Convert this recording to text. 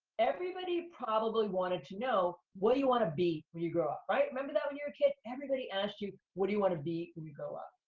everybody probably wanted to know, what do you wanna be when you grow up, right? remember that when you were a kid? everybody asked you, what do you wanna be when you grow up?